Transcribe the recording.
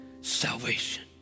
Salvation